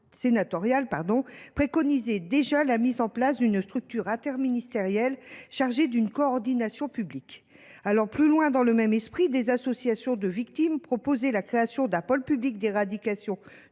sénatorial préconisait la mise en place d’une structure interministérielle chargée d’une coordination publique. Allant plus loin dans le même esprit, des associations de victimes proposaient la création d’un pôle public d’éradication